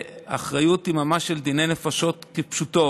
והאחריות היא ממש של דיני נפשות כפשוטו,